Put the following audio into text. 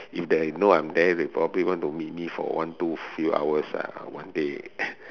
if they know I'm there they will probably want to meet me for one two few hours ah latte